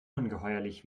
ungeheuerlich